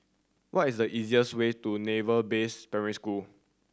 what is the easiest way to Naval Base Primary School